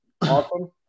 Awesome